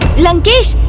lankesh